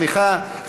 סליחה,